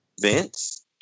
Vince